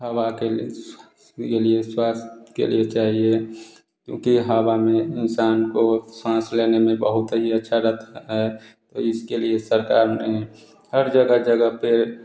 हवा के लिए इसके लिए स्वास्थ्य के लिए चाहिए क्योंकि हवा में इंसान को सांस लेने में बहुत ही अच्छा लगता है तो इसके लिए सरकार ने हर जगह जगह पर